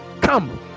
come